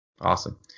Awesome